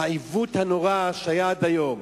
העיוות הנורא שהיה עד היום הוא